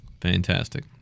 Fantastic